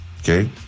Okay